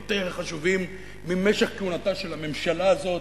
יותר חשובים ממשך כהונתה של הממשלה הזאת,